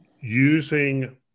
using